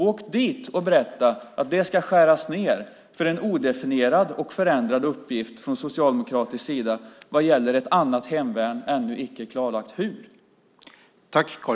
Åk dit och berätta att det ska skäras ned för en odefinierad och förändrad uppgift från socialdemokratisk sida vad gäller ett annat hemvärn - ännu icke klarlagt hur!